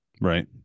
Right